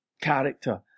character